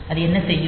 அது என்ன செய்யும்